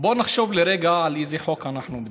בואו נחשוב רגע על איזה חוק אנחנו מדברים: